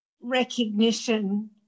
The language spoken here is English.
recognition